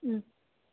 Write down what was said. ഉം